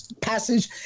passage